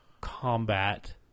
combat